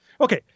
Okay